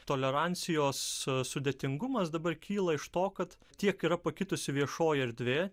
tolerancijos sudėtingumas dabar kyla iš to kad tiek yra pakitusi viešoji erdvė